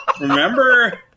Remember